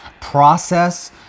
process